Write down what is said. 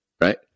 right